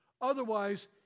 otherwise